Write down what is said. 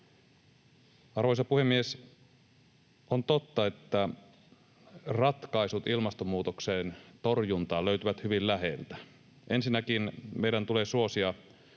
Arvoisa puhemies! On totta, että ratkaisut ilmastonmuutoksen torjuntaan löytyvät hyvin läheltä. Ensinnäkin meidän tulee suosia